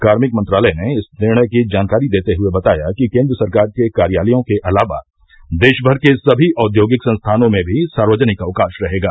कार्मिक मंत्रालय ने इस निर्णय की जानकारी देते हुए बताया कि केन्द्र सरकार के कार्यालयों के अलावा देश भर के सभी औद्योगिक संस्थानों में भी सार्वजनिक अवकाश रहेगा